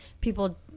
people